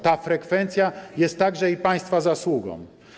Ta frekwencja jest także Państwa zasługą.